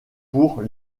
pour